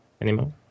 anymore